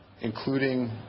including